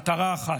מטרה אחת: